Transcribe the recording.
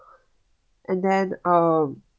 and then um